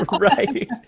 right